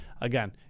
Again